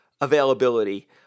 availability